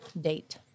date